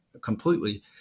completely